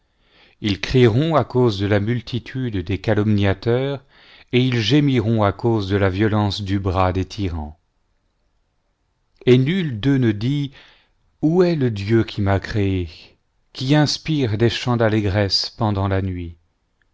ils crieront à cause de la multitude des calomniateurs et ils gémiront à cause de la violence du bras des tyrans et nul d'eux ne dit où est le dieu qui m'a créé qui inspire des chants d'allégresse pendant la nuit